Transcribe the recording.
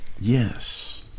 Yes